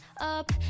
up